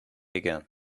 again